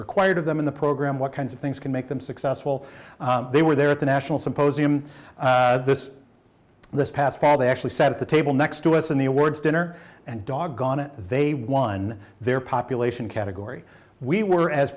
required of them in the program what kinds of things can make them successful they were there at the national symposium this this past fall they actually sat at the table next to us in the awards dinner and doggone it they won their population category we were as